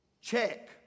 check